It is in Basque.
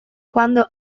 quando